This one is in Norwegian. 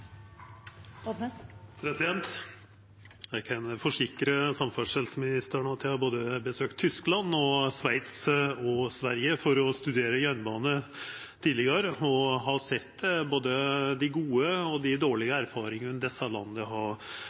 Eg kan forsikra samferdselsministeren om at eg tidlegare har besøkt både Tyskland, Sveits og Sverige for å studera jernbane, og har sett både dei gode og dei dårlege erfaringane desse landa har